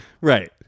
Right